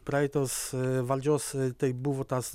praeitos valdžios tai buvo tas